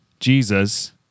Jesus